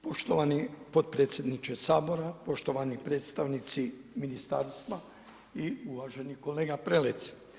Poštovani potpredsjedniče Sabora, poštovani predstavnici ministarstva i uvaženi kolega Prelec.